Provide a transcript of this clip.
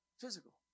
physical